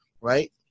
right